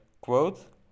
quote